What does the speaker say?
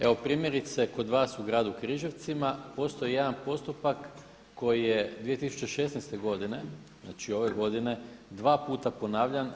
Evo primjerice kod vas u gradu Križevcima postoji jedan postupak koji je 2016. godine, znači ove godine dva puta ponavljan.